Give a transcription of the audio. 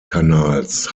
kanals